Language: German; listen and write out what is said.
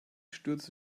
stürzte